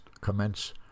commence